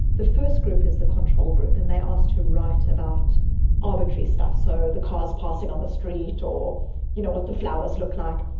the first group is the control group and they're asked to write about arbitrary stuff so the cars passing on the street, or you know what the flowers look like.